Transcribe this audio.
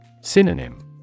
Synonym